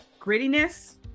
grittiness